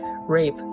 rape